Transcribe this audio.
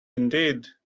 indeed